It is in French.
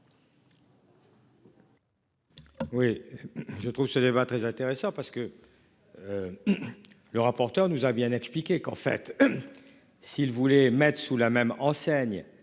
Oui je trouve ce débat très intéressant parce que. Le rapporteur nous a bien expliqué qu'en fait. S'il voulait mettre sous la même enseigne